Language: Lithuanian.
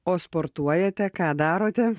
o sportuojate ką darote